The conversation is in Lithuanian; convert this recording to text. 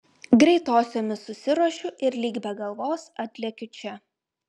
greitosiomis susiruošiu ir lyg be galvos atlekiu čia